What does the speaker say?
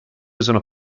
usano